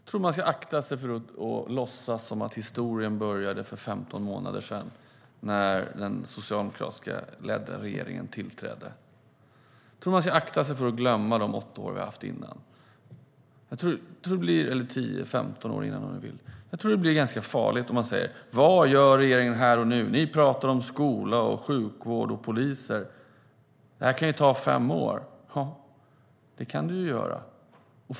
Herr talman! Jag tror att man ska akta sig för att låtsas som att historien började för 15 månader sedan, då den socialdemokratiskt ledda regeringen tillträdde. Jag tror att man ska akta sig för att glömma de 8 åren vi hade innan, eller 10 eller 15 åren innan om man så vill. Jag tror att det blir ganska farligt om man säger: Vad gör regeringen här och nu? Ni pratar om skola, sjukvård och poliser. Det kan ju ta fem år. Ja, det kan det göra.